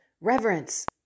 reverence